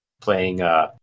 playing